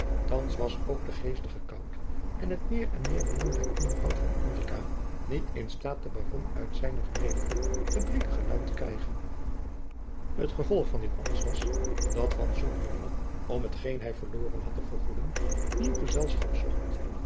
thands was ook de geestige kout en het meer en meer belangrijk onderhoud van ulrica niet in staat den baron uit zijne gemelijke verdrietige luim te krijgen het gevolg van dit alles was dat van sonheuvel om hetgeen hij verloren had te vergoeden nieuw gezelschap zocht